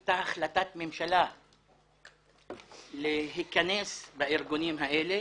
הייתה החלטת ממשלה להיכנס בארגונים האלה